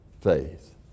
faith